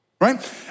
Right